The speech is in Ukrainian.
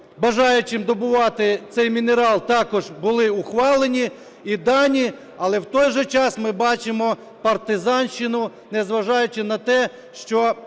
бажаючим добувати цей мінерал також були ухвалені і дані, але, в той же час, ми бачимо партизанщину, незважаючи на те, що